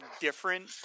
different